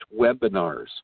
webinars